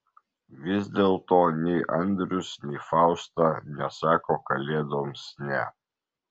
vis dėlto nei andrius nei fausta nesako kalėdoms ne